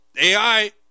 AI